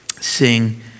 sing